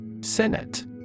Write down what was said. Senate